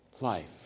life